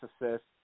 assists